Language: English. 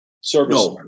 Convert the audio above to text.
service